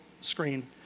screen